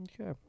Okay